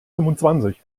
fünfundzwanzig